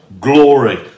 glory